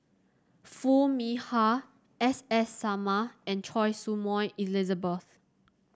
Foo Mee Har S S Sarma and Choy Su Moi Elizabeth